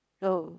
oh